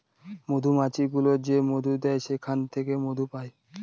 মধুমাছি গুলো যে মধু দেয় সেখান থেকে মধু পায়